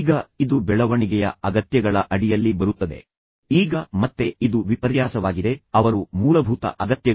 ಈಗ ತಂದೆ ತಾನು ಮಾಡುತ್ತಿರುವುದು ಅನ್ಯಾಯವಾಗಿದೆ ಎಂದು ಭಾವಿಸುತ್ತಾನೆ ಅವನು ಅದು ಅನ್ಯಾಯವಾಗಿದೆ ಇದೆಲ್ಲ ನಾನು ನಿನಗಾಗಿ ಮಾಡಿದ್ದು